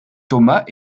thomas